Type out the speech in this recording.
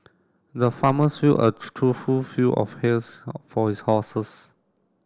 the farmers filled a trough fill of for his horses